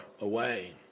away